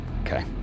Okay